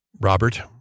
Robert